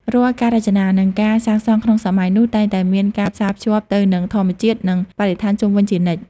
រាល់ការរចនា និងការសាងសង់ក្នុងសម័យនោះ តែងតែមានការផ្សារភ្ជាប់ទៅនឹងធម្មជាតិ និងបរិស្ថានជុំវិញជានិច្ច។